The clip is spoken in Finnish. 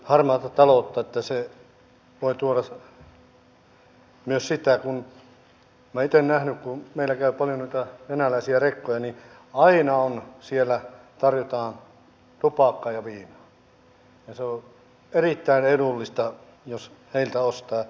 minä olen itse nähnyt kun meillä käy paljon noita venäläisiä rekkoja että aina sieltä tarjotaan tupakkaa ja viinaa ja se on erittäin edullista jos heiltä ostaa